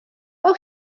auch